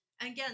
Again